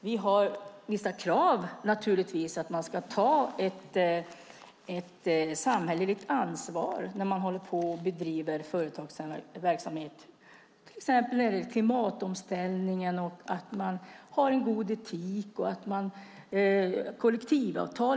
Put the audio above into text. Vi ställer vissa krav, nämligen att ta ett samhälleligt ansvar när man bedriver företagsverksamhet. Det kan till exempel gälla klimatomställning, god etik eller kollektivavtal.